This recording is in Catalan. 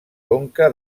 conca